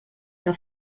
que